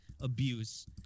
abuse